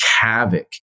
havoc